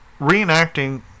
reenacting